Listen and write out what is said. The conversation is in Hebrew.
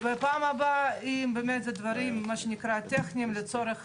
בפעם הבאה, אם אלה דברים טכניים לצורך